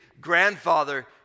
grandfather